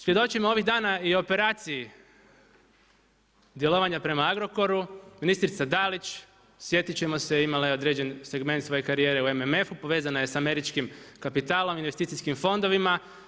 Svjedočimo ovih dana i operaciji djelovanja prema Agrokoru, ministrica Dalić sjetit ćemo se, imala je određen segment svoje karijere u MMF-u, povezana je sa američkim kapitalom, investicijskim fondovima.